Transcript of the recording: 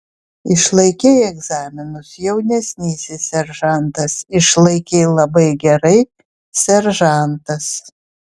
išlaikei egzaminus jaunesnysis seržantas išlaikei labai gerai seržantas